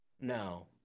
No